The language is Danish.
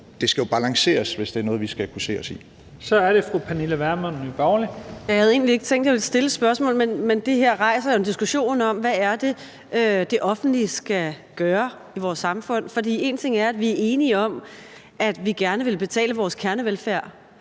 Jensen): Så er det fru Pernille Vermund, Nye Borgerlige. Kl. 15:30 Pernille Vermund (NB): Jeg havde egentlig ikke tænkt, at jeg ville stille et spørgsmål, men det her rejser jo en diskussion om, hvad det er, det offentlige skal gøre i vores samfund. For en ting er, at vi enige om, at vi gerne vil betale vores kernevelfærd